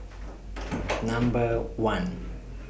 Number one